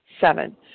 Seven